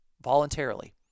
voluntarily